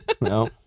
No